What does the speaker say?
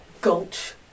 Gulch